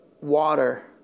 water